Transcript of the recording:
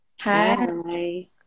Hi